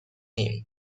him